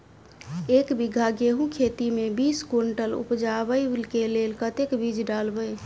एक बीघा गेंहूँ खेती मे बीस कुनटल उपजाबै केँ लेल कतेक बीज डालबै?